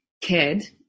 kid